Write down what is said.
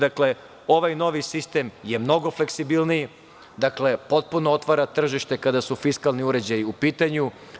Dakle, ovaj novi sistem je mnogo fleksibilniji, potpuno otvara tržište kada su fiskalni uređaji u pitanju.